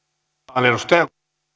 arvoisa